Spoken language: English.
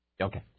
Okay